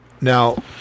Now